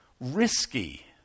risky